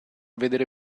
vedere